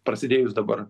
prasidėjus dabar